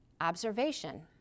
Observation